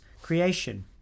creation